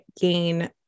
gain